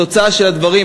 התוצאה של הדברים,